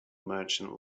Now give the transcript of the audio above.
merchant